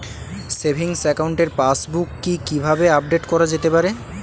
Savings একাউন্টের passbook কি কিভাবে আপডেট করা যেতে পারে?